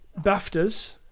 BAFTAs